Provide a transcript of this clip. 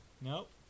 Nope